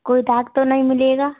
कोई दाग तो नहीं मिलेगा